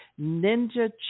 Ninja